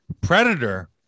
predator